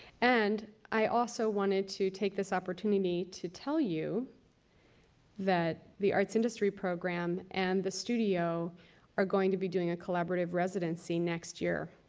and, i also wanted to take this opportunity to tell you that the arts industry program and the studio are going to be doing a collaborative residency next year,